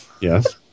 Yes